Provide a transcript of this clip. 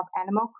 Animal